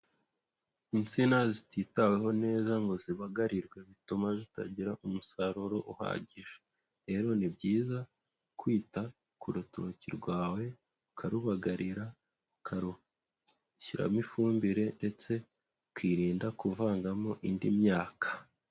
Insina zititaweho neza ngo zibagarirwe bituma zitagira umusaruro uhagije. Rero ni byiza kwita ku rutoki rwawe, ukarubagarira ukarushyiramo ifumbire ndetse, ukirinda kuvangamo indi myaka.